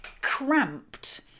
cramped